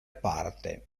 parte